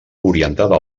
orientada